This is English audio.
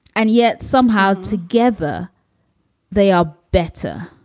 and yet somehow together they are better,